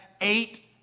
eight